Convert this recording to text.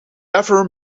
ever